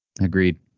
Agreed